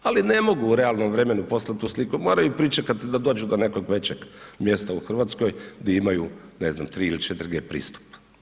Ali ne mogu u realnom vremenu poslati tu sliku, moraju pričekati da dođu do nekog većeg mjesta u Hrvatskoj di imaju ne znam, 3 ili 4G pristup.